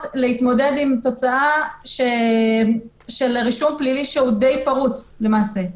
להתמודד עם תוצאה של רישום פלילי שהוא למעשה די פרוץ.